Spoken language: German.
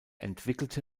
entwickelte